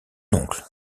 oncle